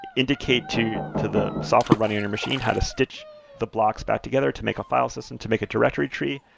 indicate to to the software running in your machine how to stitch the blocks back together to make a file system to make a directory tree,